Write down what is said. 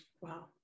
Wow